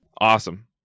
Awesome